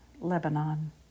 Lebanon